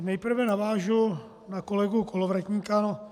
Nejprve navážu na kolegu Kolovratníka.